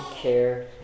care